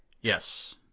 Yes